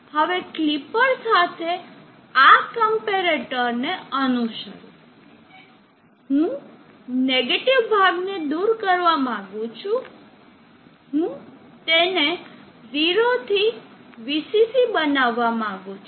હવે ક્લિપર સાથે આ કમ્પેરેટર ને અનુસરો હું નેગેટીવ ભાગને દૂર કરવા માંગુ છું હું તેને 0 થી VCC બનાવવા માંગું છું